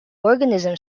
organism